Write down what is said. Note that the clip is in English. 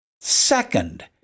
Second